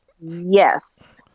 Yes